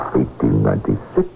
1896